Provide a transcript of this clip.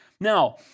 Now